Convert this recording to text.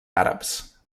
àrabs